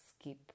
skip